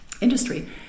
industry